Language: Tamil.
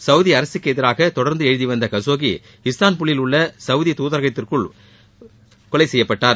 சவுதி அரசுக்கு எதிராக தொடர்ந்து எழுதி வந்த கசோகி இஸ்தான்புல்லில் உள்ள சவுதி துதரகத்திற்குள் வைத்து கொலைச்செய்யப்பட்டார்